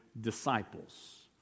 disciples